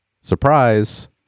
surprise